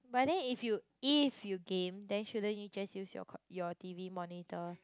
but then if you if you game then shouldn't you just use your your T_V monitor